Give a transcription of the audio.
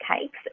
cakes